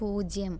പൂജ്യം